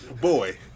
Boy